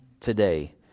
today